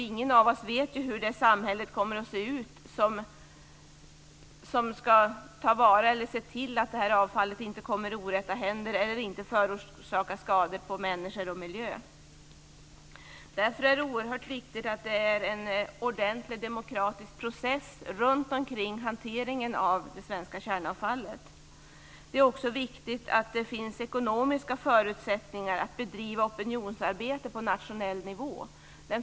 Ingen av oss vet hur det samhälle ser ut som ska se till att avfallet inte kommer i orätta händer eller förorsakar skador på människor och miljön. Därför är det oerhört viktigt att det är en ordentlig demokratisk process kring hanteringen av det svenska kärnavfallet. Det är också viktigt att det finns ekonomiska förutsättningar att bedriva opinionsarbete på nationell nivå.